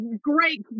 Great